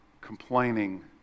complaining